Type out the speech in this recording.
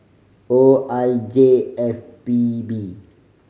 O I J F P B